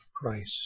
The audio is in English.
Christ